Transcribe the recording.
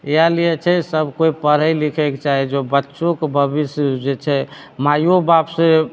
इहए लिए छै सब केओ पढ़ै लिखैकऽ चाही जो बच्चोके भबिष्य जे छै माइयोबाप से